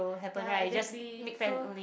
ya exactly so